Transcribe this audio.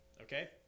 okay